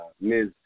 Ms